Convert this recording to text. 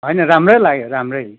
होइन राम्रै लाग्यो राम्रै